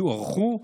יוארכו,